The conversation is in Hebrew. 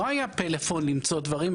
לא היה פלאפון למצוא דברים.